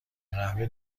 قهوه